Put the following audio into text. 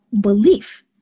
belief